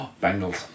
Bangles